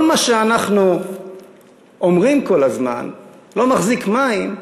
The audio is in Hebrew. כל מה שאנחנו אומרים כל הזמן לא מחזיק מים,